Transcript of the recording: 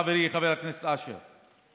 חברי חבר הכנסת אשר,